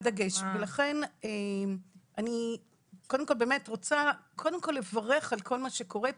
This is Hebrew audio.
ולכן אני קודם כל באמת רוצה לברך על כל מה שקורה פה,